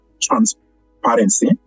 transparency